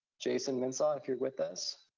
jason minsaw, if you're with us,